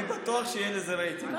אני בטוח שיהיה לזה רייטינג.